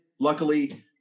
Luckily